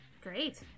Great